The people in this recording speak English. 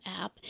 app